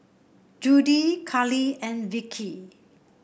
Judie Carli and Vickie